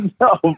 no